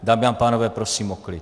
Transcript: Dámy a pánové, prosím o klid.